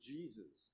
Jesus